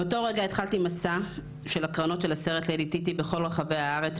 מאותו רגע התחלתי מסע של הקרנות של הסרט ליידי טיטי בכל רחבי הארץ,